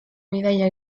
bidaia